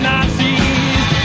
Nazis